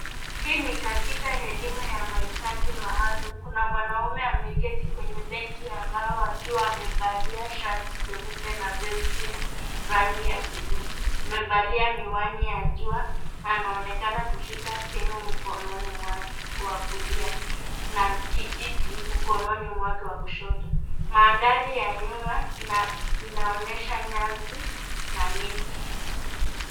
Hii ni katika elimu ya mahitaji maalum, kuna mwanaume ameketi kwenye benchi ya bao akiwa amevalia shati jeupe na vesti ya rangi ya bluu, amevalia miwani ya jua na anaonekana kushika simu mkononi mwake wa kulia na kijiti mkononi mwake wa kushoto. Mandhari ya nyuma inaonyesha nyasi na miti.